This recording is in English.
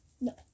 No